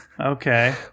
Okay